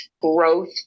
growth